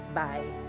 bye